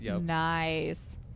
Nice